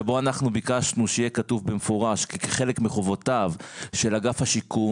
שבו אנחנו ביקשנו שיהיה כתוב במפורש כי חלק מחובותיו של אגף השיקום